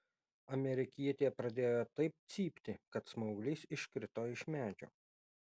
amerikietė pradėjo taip cypti kad smauglys iškrito iš medžio